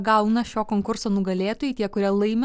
gauna šio konkurso nugalėtojai tie kurie laimi